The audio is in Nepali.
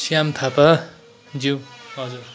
श्याम थापा ज्यु हजुर